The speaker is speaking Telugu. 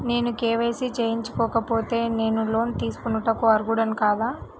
నేను కే.వై.సి చేయించుకోకపోతే నేను లోన్ తీసుకొనుటకు అర్హుడని కాదా?